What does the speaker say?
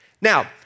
Now